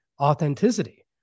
authenticity